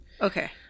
Okay